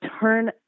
turn